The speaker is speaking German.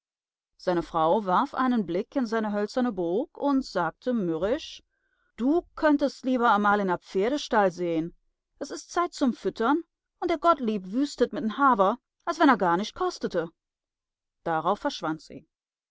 seine frau warf einen blick in seine hölzerne burg und sagte mürrisch du könntest lieber amal in a pferdestall sehn es is zeit zum füttern und der gottlieb wüstet mit m haber als wenn a gar nischt kostete darauf verschwand sie